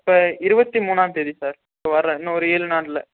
இப்போ இருபத்தி மூணாந்தேதி சார் இப்போ வர்ற இன்னும் ஒரு ஏழு நாளில்